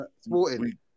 Sporting